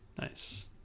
Nice